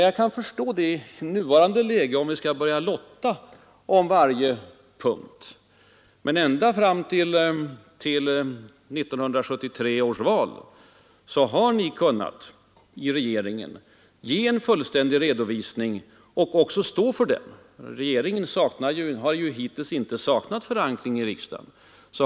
Jag kan förstå det resonemanget i nuvarande läge, om vi skall lotta om varje punkt. Men ända fram till 1973 års val har ni i regeringen kunnat ge en fullständig redovisning och stå för den. Regeringen har ju hittills inte saknat förankring i riksdagen.